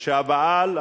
והבעל,